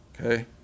Okay